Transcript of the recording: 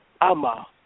Ama